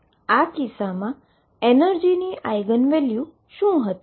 આ કિસ્સામાં એનર્જીની આઈગન વેલ્યુ શું હતી